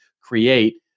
create